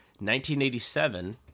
1987